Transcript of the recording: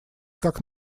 как